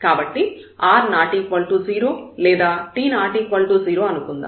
కాబట్టి r ≠ 0 లేదా t ≠ 0 అనుకుందాం